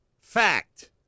Fact